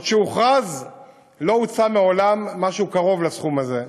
עוד כשהוכרז לא הוצע מעולם משהו קרוב לסכום הזה,